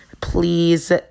please